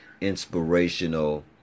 inspirational